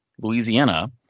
Louisiana